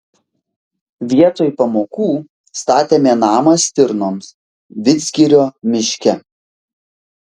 vietoj pamokų statėme namą stirnoms vidzgirio miške